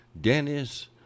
Dennis